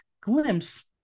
glimpse